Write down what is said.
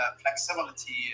flexibility